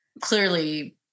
clearly